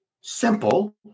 Simple